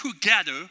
together